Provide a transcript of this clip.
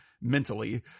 mentally